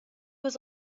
was